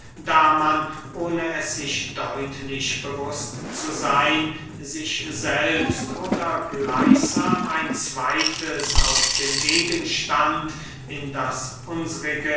da man ohne es sich deutlich bewußt zu seyn sich selbst oder gleichsam ein zweytes aus dem gegenstand in das unsrige